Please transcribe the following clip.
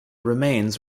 remains